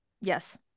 yes